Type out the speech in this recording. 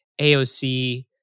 AOC